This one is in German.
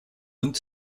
und